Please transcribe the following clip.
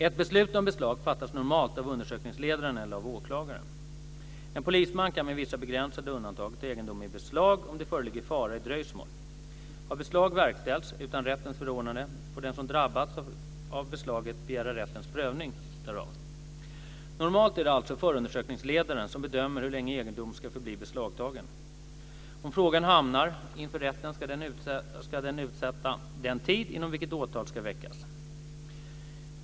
Ett beslut om beslag fattas normalt av undersökningsledaren eller av åklagare. En polisman kan med vissa begränsade undantag ta egendom i beslag om det föreligger fara i dröjsmål. Har beslag verkställts utan rättens förordnande, får den som drabbats av beslaget begära rättens prövning därav. Normalt är det alltså förundersökningsledaren som bedömer hur länge egendom ska förbli beslagtagen. Om frågan hamnar inför rätten ska den utsätta den tid inom vilken åtal ska väckas.